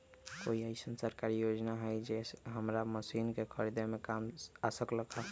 कोइ अईसन सरकारी योजना हई जे हमरा मशीन खरीदे में काम आ सकलक ह?